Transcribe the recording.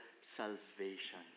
salvation